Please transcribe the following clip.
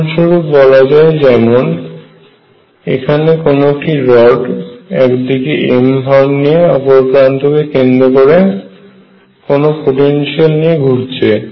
উদাহরণস্বরূপ বলা যায় যেমন এখানে কোন একটি রড একদিকে m ভর নিয়ে অপর প্রান্ত কে কেন্দ্র করে কোনো পোটেনশিয়াল না নিয়ে ঘুরছে